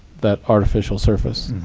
that artificial surface.